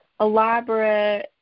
elaborate